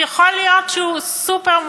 עכשיו, יכול להיות שהוא סופר-מוכשר,